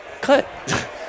cut